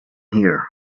here